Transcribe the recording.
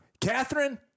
Catherine